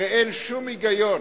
הרי אין שום היגיון,